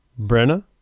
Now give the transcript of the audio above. Brenna